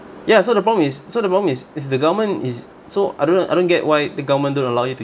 ya so the problem is so the problem is if the government is so I don't know I don't get why the government don't allow you to